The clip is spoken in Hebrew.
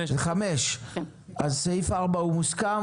סעיף 4 מוסכם?